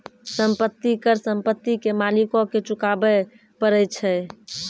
संपत्ति कर संपत्ति के मालिको के चुकाबै परै छै